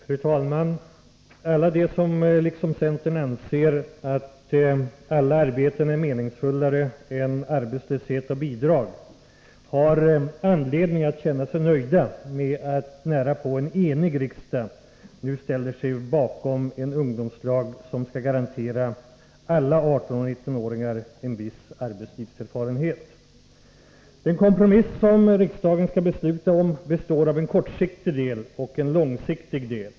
Fru talman! Alla de som liksom centern anser att alla arbeten är meningsfullare än arbetslöshet och bidrag har anledning att känna sig nöjda med att en närapå enig riksdag nu ställer sig bakom en ungdomslag som skall garantera alla 18-19-åringar en viss arbetslivserfarenhet. Den kompromiss som riksdagen skall besluta om består av en kortsiktig och en långsiktig del.